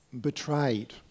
betrayed